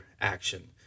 action